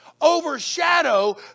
overshadow